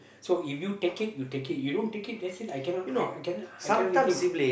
so if you take it you take it you don't take it that's it I cannot I cannot I cannot anything